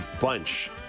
bunch